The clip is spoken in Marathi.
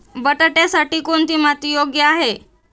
बटाट्यासाठी कोणती माती योग्य आहे?